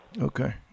Okay